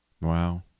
Wow